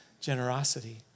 generosity